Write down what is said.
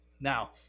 Now